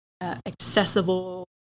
accessible